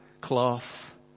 cloth